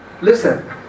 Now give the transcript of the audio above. Listen